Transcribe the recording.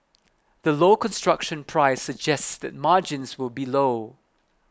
the low construction price suggests that margins will be low